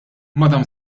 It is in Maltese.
madam